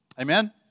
Amen